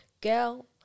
girl